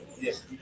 Yes